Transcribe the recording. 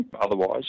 Otherwise